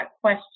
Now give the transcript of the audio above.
question